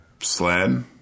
sled